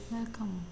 Welcome